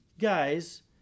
guys